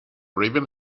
raven